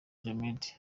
djihad